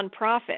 nonprofit